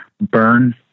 burn